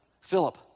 Philip